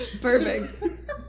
Perfect